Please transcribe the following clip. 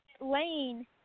Lane